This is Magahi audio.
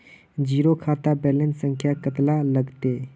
जीरो खाता बैलेंस संख्या कतला लगते?